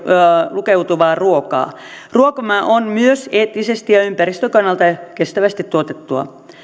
lukeutuvaa ruokaa ruokamme on myös eettisesti ja ympäristön kannalta kestävästi tuotettua